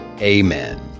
amen